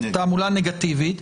תעמולה נגטיבית,